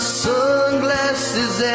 sunglasses